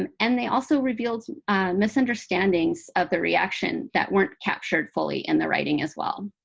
um and they also revealed misunderstandings of the reaction that weren't captured fully in the writing as well.